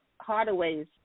Hardaway's